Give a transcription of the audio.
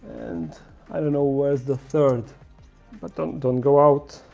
and i don't know where's the third but don't don't go out.